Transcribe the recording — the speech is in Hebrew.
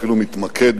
אפילו מתמקד,